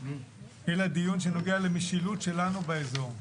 אלא דיון שנוגע למשילות שלנו באזור.